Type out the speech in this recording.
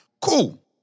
Cool